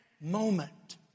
moment